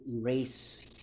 erase